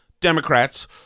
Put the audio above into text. Democrats